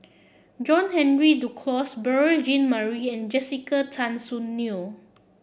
John Henry Duclos Beurel Jean Marie and Jessica Tan Soon Neo